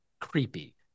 creepy